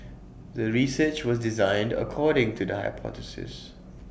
the research was designed according to the hypothesis